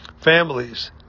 families